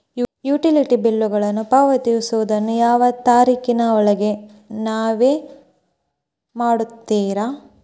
Utility ಬಿಲ್ಲುಗಳನ್ನು ಪಾವತಿಸುವದನ್ನು ಯಾವ ತಾರೇಖಿನ ಒಳಗೆ ನೇವು ಮಾಡುತ್ತೇರಾ?